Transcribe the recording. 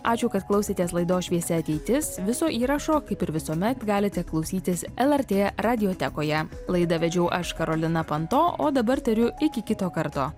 ačiū kad klausėtės laidos šviesi ateitis viso įrašo kaip ir visuomet galite klausytis lrt radiotekoje laidą vedžiau aš karolina panto o dabar tariu iki kito karto